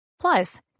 Plus